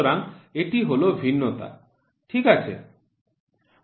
সুতরাং এটি হল ভিন্নতা ঠিক আছে